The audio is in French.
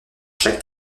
chaque